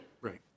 Right